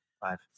Five